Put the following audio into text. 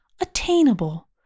attainable